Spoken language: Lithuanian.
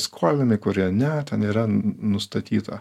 skolinami kurie ne ten yra nustatyta